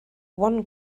one